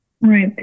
Right